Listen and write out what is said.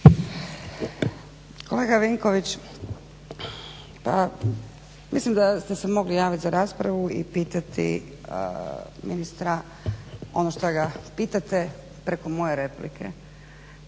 Kolega Vinković, pa mislim da ste se mogli javiti za raspravu i pitati ministra ono što ga pitate preko moje replike.